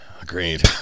Agreed